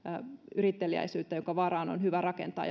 yritteliäisyyttä jonka varaan on hyvä rakentaa